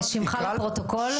ושמך לפרוטוקול?